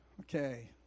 Okay